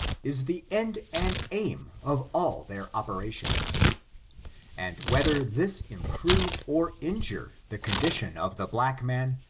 is the end and aim of all their operations and whether this improve or injure the condition of the black man,